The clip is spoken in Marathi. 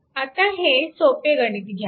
आता हे सोपे गणित घ्या